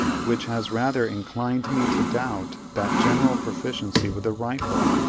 which has rather inclined me to doubt that general proficiency with the rifle,